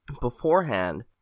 beforehand